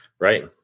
Right